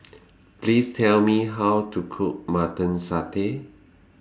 Please Tell Me How to Cook Mutton Satay